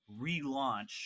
relaunch